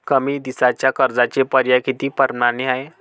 कमी दिसाच्या कर्जाचे पर्याय किती परमाने हाय?